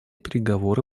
переговоры